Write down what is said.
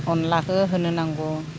अनलाखौ होनो नांगौ